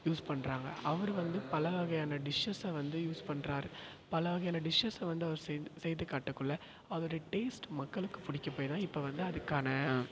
use பண்ணுறாங்க அவர் வந்து பல வகையான டிஷ்ஷஸ்ஸை வந்து யூஸ் பண்ணுறாரு பல வகையான டிஷ்ஷஸ்ஸை வந்து அவர் செய்து செய்து காட்டக்குள்ள அதோட டேஸ்ட்டு மக்களுக்கு பிடிக்க போய் தான் இப்போ வந்து அதுக்கான